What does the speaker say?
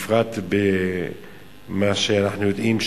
בפרט במה שאנחנו יודעים,